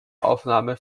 aufnahme